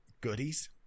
goodies